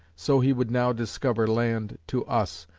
so he would now discover land to us,